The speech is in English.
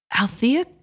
Althea